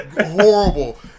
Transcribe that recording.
Horrible